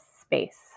space